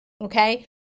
okay